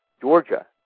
Georgia